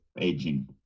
aging